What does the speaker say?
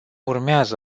urmează